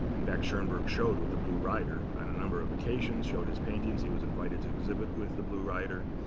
in fact, schoenberg showed with the blue rider on a number of occasions, showed his paintings. he was invited to exhibit with the blue rider.